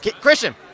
Christian